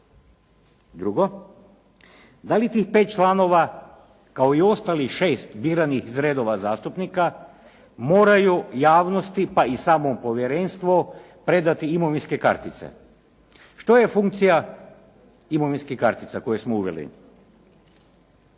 Drugo. Da li tih pet članova kao i ostalih šest biranih iz redova zastupnika moraju javnosti pa i samo povjerenstvo predati imovinske kartice. Što je funkcija imovinskih kartica koje smo uveli?